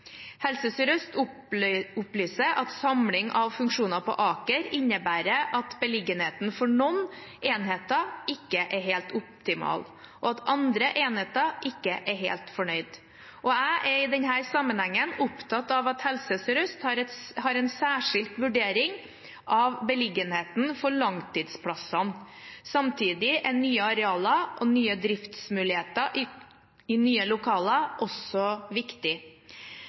Helse Sør-Øst opplyser at samling av funksjoner på Aker innebærer at beliggenheten for noen enheter ikke er helt optimal, og at andre enheter ikke er helt fornøyd. Jeg er i denne sammenhengen opptatt av at Helse Sør-Øst har en særskilt vurdering av beliggenheten for langtidsplassene. Samtidig er nye arealer og nye driftsmuligheter i nye lokaler også viktig.